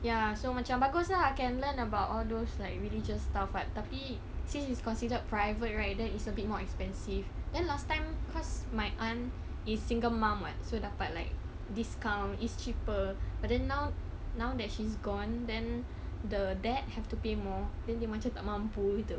ya so macam bagus ah can learn about all those like religious stuff [what] tapi since it's considered private right that is a bit more expensive then last time cause my aunt is single mum [what] so dapat like discount it's cheaper but then now now that she's gone then the dad have to pay more then dia macam tak mampu gitu